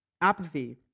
Apathy